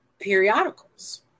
periodicals